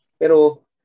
Pero